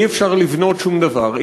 אי-אפשר לבנות שום דבר,